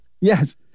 Yes